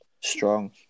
Strong